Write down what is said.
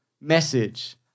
message